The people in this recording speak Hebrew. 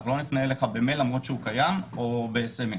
אנחנו לא נפנה אליך במייל למרות שהוא קיים או במסרון.